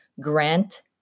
Grant